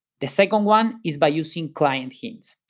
the second one is by using client hints,